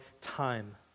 time